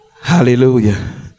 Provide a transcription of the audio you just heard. hallelujah